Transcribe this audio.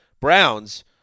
Browns